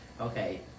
Okay